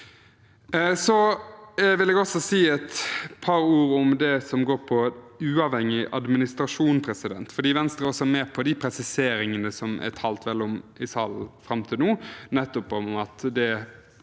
jeg også si et par ord om det som går på uavhengig administrasjon. Venstre er med på de presiseringene som det er talt vel om i salen fram til nå,